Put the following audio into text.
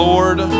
Lord